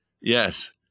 Yes